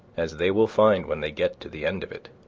as they will find when they get to the end of it,